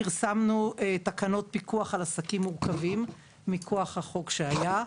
פרסמנו תקנות פיקוח על עסקים מורכבים מכוח החוק שהיה.